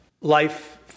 life